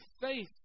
faith